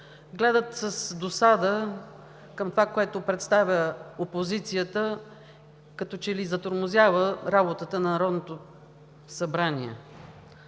гледат с досада към това, което представя опозицията, като че ли затормозява работата на Народното събрание.